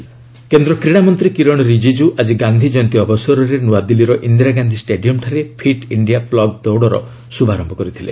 fit India plog run କେନ୍ଦ୍ର କ୍ରୀଡ଼ାମନ୍ତ୍ରୀ କିରଣ ରିଜିଜୁ ଆଜି ଗାନ୍ଧି ଜୟନ୍ତୀ ଅବସରରେ ନ୍ନଆଦିଲ୍ଲୀର ଇନ୍ଦିରା ଗାନ୍ଧି ଷ୍ଟାଡିୟମ୍ଠାରେ ଫିଟ୍ ଇଣ୍ଡିଆ ପୁଗ୍ ଦୌଡ଼ର ଶୁଭାରମ୍ଭ କରିଥିଲେ